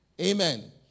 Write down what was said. Amen